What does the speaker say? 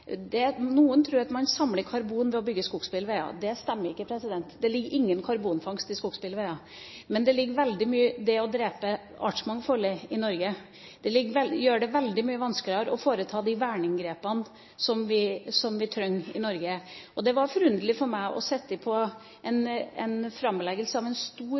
med skogsbilveier. Noen tror at man samler karbon ved å bygge skogsbilveier. Det stemmer ikke. Det ligger ingen karbonfangst i skogsbilveier. Men det ligger veldig mye i det å drepe artsmangfoldet i Norge. Det gjør det veldig mye vanskeligere å foreta de verneinngrepene som vi trenger å gjøre i Norge. Det var forunderlig for meg å være til stede ved framleggelsen av en stor